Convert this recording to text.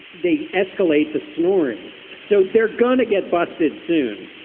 they escalate the snoring so they're gonna get busted soon.